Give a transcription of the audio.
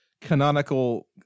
canonical